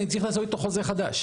אני צריך לעשות איתו חוזה חדש.